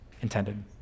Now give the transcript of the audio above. intended